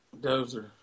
Dozer